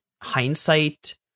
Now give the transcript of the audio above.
hindsight